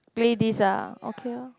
play this ah okay lor